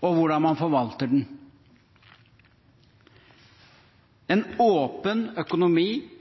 og hvordan man forvalter den. En åpen økonomi,